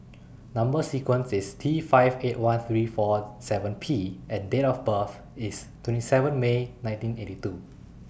Number sequence IS T five eight one three four Zero seven P and Date of birth IS twenty seven May nineteen eighty two